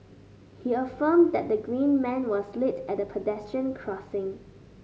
he affirmed that the green man was lit at the pedestrian crossing